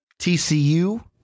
TCU